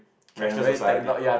cashless society